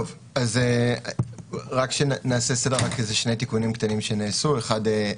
אז רק נעשה סדר לגבי שני תיקונים שנעשו ראשית,